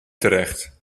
terecht